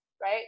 right